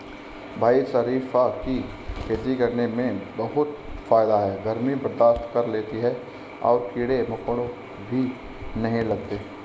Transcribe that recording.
भाई शरीफा की खेती करने में बहुत फायदा है गर्मी बर्दाश्त कर लेती है और कीड़े मकोड़े भी नहीं लगते